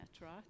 right